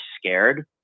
scared